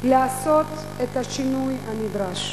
לעשות את השינוי הנדרש.